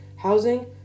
housing